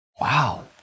Wow